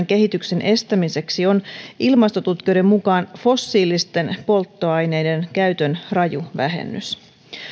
kehityksen estämiseksi on ilmastotutkijoiden mukaan fossiilisten polttoaineiden käytön raju vähennys